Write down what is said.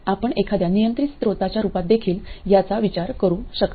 आपण एखाद्या नियंत्रित स्त्रोताच्या रूपात देखील याचा विचार करू शकता